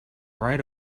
right